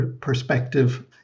perspective